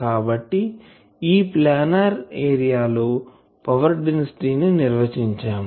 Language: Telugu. కాబట్టి ఈ ప్లానార్ ఏరియా లో పవర్ డెన్సిటీ ని నిర్వచించాము